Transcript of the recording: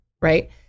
right